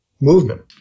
movement